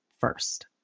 first